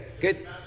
good